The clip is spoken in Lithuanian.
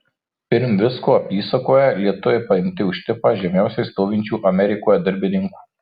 pirm visko apysakoje lietuviai paimti už tipą žemiausiai stovinčių amerikoje darbininkų